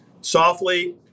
softly